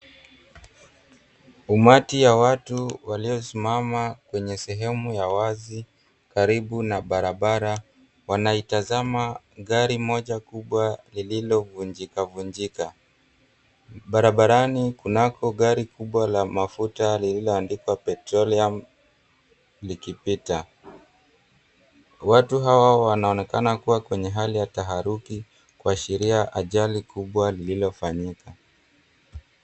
Umati ya watu waliosimama kwenye sehemu ya wazi karibu na barabara, wanaitazama gari moja kubwa lililovunjika vunjika. Barabarani kunako gari kubwa la mafuta lililoandikwa, "Petroleum" likipita. Watu hawa wanaonekana kuwa kwenye hali ya taharuki kuashiria ajali kubwa lililofanyika.